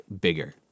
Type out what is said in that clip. bigger